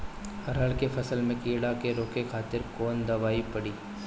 अरहर के फसल में कीड़ा के रोके खातिर कौन दवाई पड़ी?